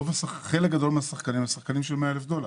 חלק גדול מהשחקנים הם שחקנים של 100,000 דולר.